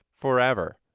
forever